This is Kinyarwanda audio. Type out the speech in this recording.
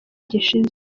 gishize